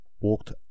walked